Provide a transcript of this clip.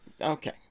Okay